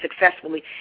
successfully